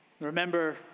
Remember